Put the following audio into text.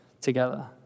together